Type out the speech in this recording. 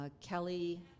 Kelly